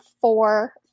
four